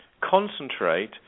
concentrate